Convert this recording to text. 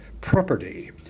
property